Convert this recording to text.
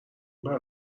باید